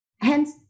hence